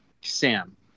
Sam